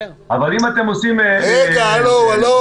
אבל אם אתם עושים --- רגע, הלו.